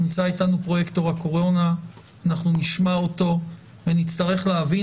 נמצא אתנו פרויקטור הקורונה ואנחנו נשמע אותו ונצטרך להבין